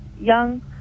young